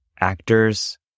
actors